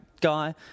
guy